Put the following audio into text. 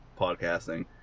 podcasting